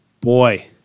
Boy